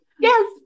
yes